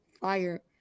fire